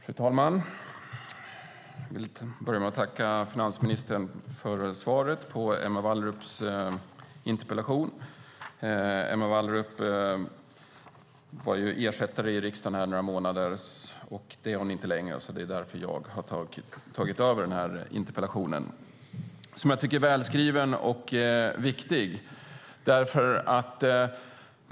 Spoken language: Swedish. Fru talman! Jag vill börja med att tacka finansministern för svaret på Emma Wallrups interpellation. Emma Wallrup var ersättare i riksdagen under några månader. Det är hon inte längre, och därför har jag tagit över denna interpellation som jag tycker är välskriven och viktig.